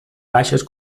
baixes